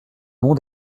monts